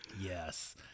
yes